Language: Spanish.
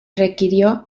requirió